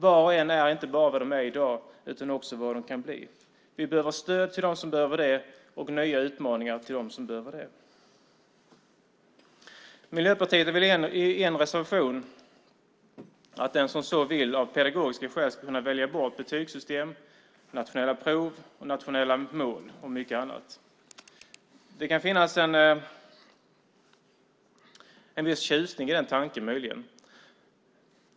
Var och en är inte bara vad de är i dag utan också vad de kan bli. Vi behöver stöd till dem som behöver det och nya utmaningar till dem som behöver det. Miljöpartiet föreslår i en reservation att den som så vill av pedagogiska skäl ska kunna välja bort betygssystem på nationella prov, nationella mål och mycket annat. Det kan möjligen finnas en viss tjusning i den tanken.